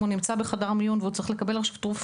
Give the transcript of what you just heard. אם הוא נמצא עכשיו בחדר המיון והוא צריך לקבל תרופה,